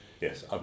yes